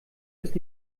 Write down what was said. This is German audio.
ist